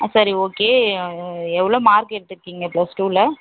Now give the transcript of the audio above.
ஆ சரி ஓகே எவ்வளோ மார்க் எடுத்துருக்கீங்க பிளஸ் டூவில